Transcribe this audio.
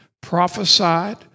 prophesied